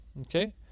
okay